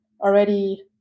already